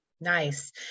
Nice